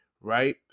Right